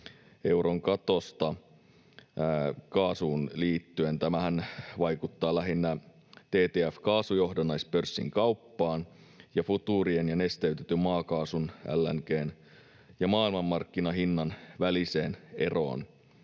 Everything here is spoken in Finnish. euron katosta kaasuun liittyen. Tämähän vaikuttaa lähinnä TTF-kaasujohdannaispörssin kauppaan ja futuurien ja nesteytetyn maakaasun, LNG:n, ja maailmanmarkkinahinnan väliseen eroon.